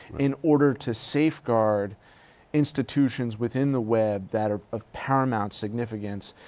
in order to safeguard institutions within the web that are of paramount significance,